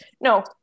No